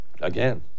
again